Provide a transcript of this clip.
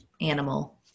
animal